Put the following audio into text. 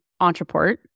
Entreport